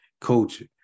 culture